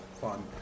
fun